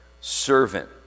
servant